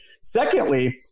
Secondly